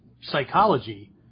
psychology